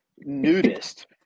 nudist